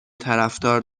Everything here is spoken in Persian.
طرفدار